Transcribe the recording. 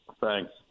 Thanks